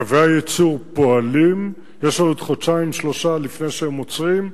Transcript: קווי הייצור פועלים ויש לנו עוד שניים-שלושה חודשים לפני שהם עוצרים,